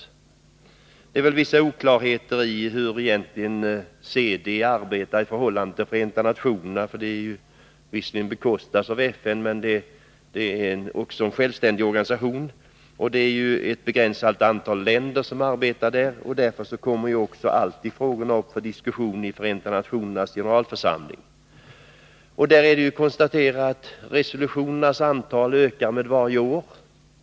Det finns väl vissa oklarheter om hur egentligen CD arbetar i förhållande till Förenta nationerna. CD bekostas visserligen av FN, men det är också en självständig organisation. Det är ett begränsat antal länder som arbetar där, och därför kommer frågorna alltid upp för diskussion också i Förenta nationernas generalförsamling. Där ökar resolutionernas antal för varje år.